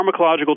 pharmacological